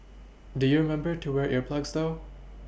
do you remember to wear ear plugs though